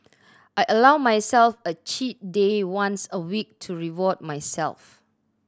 I allow myself a cheat day once a week to reward myself